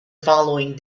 following